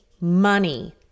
money